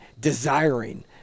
desiring